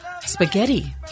spaghetti